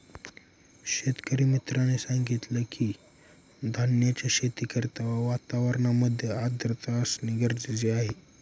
शेतकरी मित्राने सांगितलं की, धान्याच्या शेती करिता वातावरणामध्ये आर्द्रता असणे गरजेचे आहे